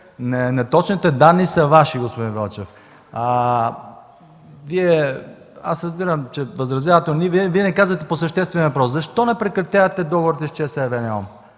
Неточните данни са Ваши, господин Велчев. Разбирам, че възразявате, но Вие не казахте по съществения въпрос: защо не прекратявате договорите с ЧЕЗ,